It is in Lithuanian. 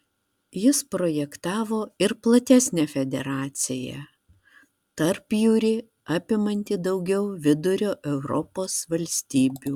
jis projektavo ir platesnę federaciją tarpjūrį apimantį daugiau vidurio europos valstybių